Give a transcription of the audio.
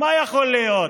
מה יכול להיות?